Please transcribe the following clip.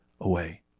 away